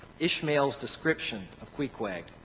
ishmael's description of queequeg.